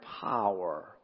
power